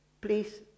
please